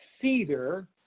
cedar